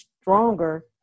stronger